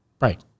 Right